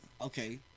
Okay